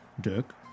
Dirk